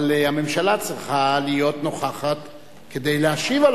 אבל הממשלה צריכה להיות נוכחת כדי להשיב על